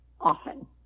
often